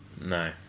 No